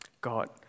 God